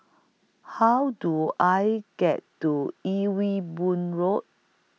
How Do I get to Ewe Boon Road